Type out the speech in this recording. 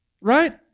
right